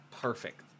Perfect